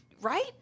right